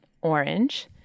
orange